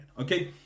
Okay